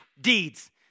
deeds